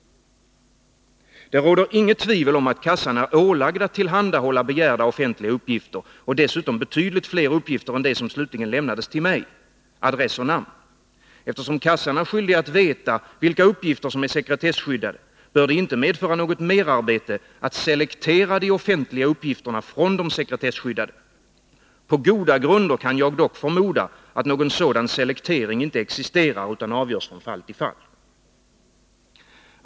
Ändringar i'sekretesslagen Det råder inget tvivel om att kassan är ålagd att tillhandahålla begärda offentliga uppgifter, och dessutom betydligt fler uppgifter än de som slutligen lämnades till mig: adress och namn. Eftersom kassan är skyldig att veta vilka uppgifter som är sekretesskyddade bör det inte medföra något merarbete att selektera de offentliga uppgifterna från de sekretesskyddade. På goda grunder kan jag dock förmoda att någon sådan selektering inte existerar, utan avgörs från fall till fall.